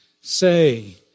say